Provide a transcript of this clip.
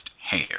hair